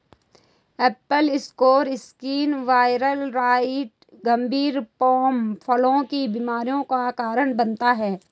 Apple scar skin viroid गंभीर pome फलों की बीमारियों का कारण बनता है